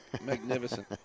Magnificent